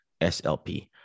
slp